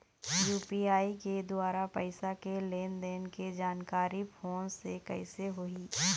UPI के द्वारा पैसा के लेन देन के जानकारी फोन से कइसे होही?